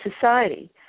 society